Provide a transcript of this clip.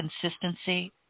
Consistency